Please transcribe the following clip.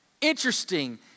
interesting